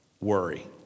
worry